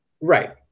right